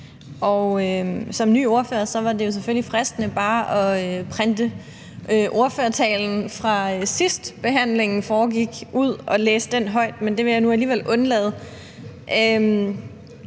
Som ny ordfører var det selvfølgelig fristende bare at printe ordførertalen ud fra sidst, behandlingen foregik, og læse den højt, men det vil jeg nu alligevel undlade